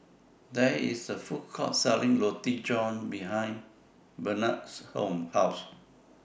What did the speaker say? There IS A Food Court Selling Roti John behind Barnard's House